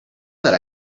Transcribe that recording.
that